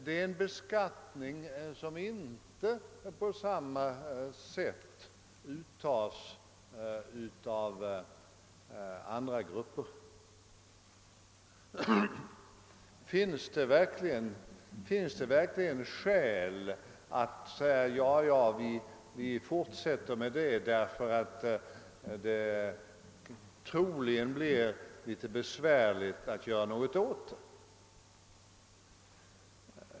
Det är en beskattning som inte på motsvarande sätt drabbar andra grupper. Finns det verkligen skäl att fortsätta med en sådan ordning bara därför att det troligen blir en smula besvärligt att göra något åt den?